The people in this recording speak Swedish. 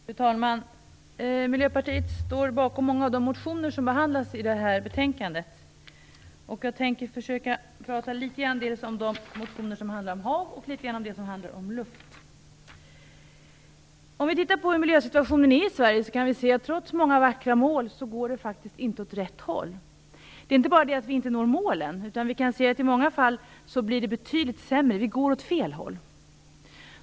Fru talman! Miljöpartiet står bakom många av de motioner som behandlas i detta betänkande. Jag tänker försöka prata litet grand dels om de motioner som handlar om hav, dels om dem som handlar om luft. Om vi tittar på hur miljösituationen är i Sverige kan vi se att vi trots många vackra mål faktiskt inte går åt rätt håll. Det är inte bara det att vi inte når målen. I många fall blir det betydligt sämre. Vi går åt fel håll.